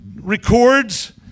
records